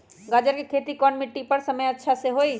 गाजर के खेती कौन मिट्टी पर समय अच्छा से होई?